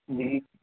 جی